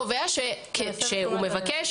שמצופה מאנשי נחשון.